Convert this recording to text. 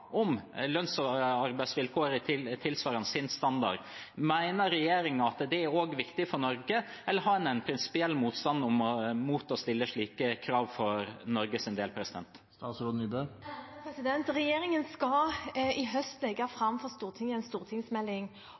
om lønns- og arbeidsvilkår tilsvarende sin standard. Mener regjeringen at det også er viktig for Norge, eller har en en prinsipiell motstand mot å stille slike krav for Norges del? Regjeringen skal i høst legge fram for Stortinget en stortingsmelding